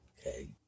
Okay